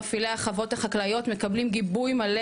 מפעילי החוות החקלאיות מקבלים גיבוי מלא